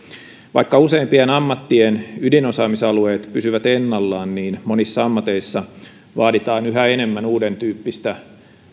vaikka useimpien ammattien ydinosaamisalueet pysyvät ennallaan monissa ammateissa vaaditaan yhä enemmän uudentyyppistä